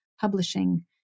publishing